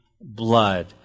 blood